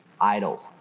idle